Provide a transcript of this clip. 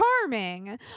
charming